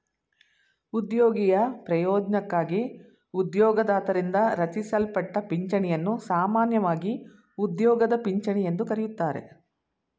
ಉದ್ಯೋಗಿಯ ಪ್ರಯೋಜ್ನಕ್ಕಾಗಿ ಉದ್ಯೋಗದಾತರಿಂದ ರಚಿಸಲ್ಪಟ್ಟ ಪಿಂಚಣಿಯನ್ನು ಸಾಮಾನ್ಯವಾಗಿ ಉದ್ಯೋಗದ ಪಿಂಚಣಿ ಎಂದು ಕರೆಯುತ್ತಾರೆ